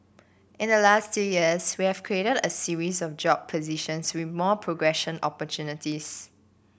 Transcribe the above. in the last two years we've created a series of job positions with more progression opportunities